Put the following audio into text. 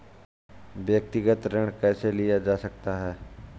व्यक्तिगत ऋण कैसे लिया जा सकता है?